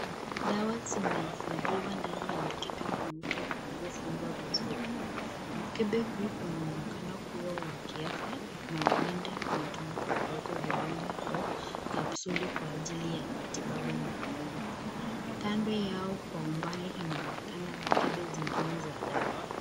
Dawa zimeifadhiwa ndani ya mkebe mweupe uliofungwa vizuri. Mkebe huo unaonekana kuwa wa kiafya, na uenda unatumika kueka vidonge au kapisoli, (cs),kwa ajili ya matibabu maalumu. Kando yao kwa umbali inaonekana mikebe zingine za dawa.